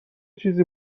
چیزی